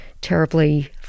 terribly